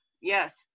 Yes